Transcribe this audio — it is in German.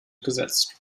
gesetzt